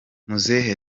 muzehe